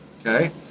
Okay